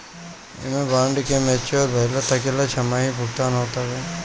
एमे बांड के मेच्योर भइला तकले छमाही भुगतान होत हवे